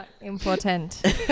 Important